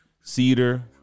cedar